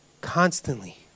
constantly